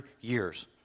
years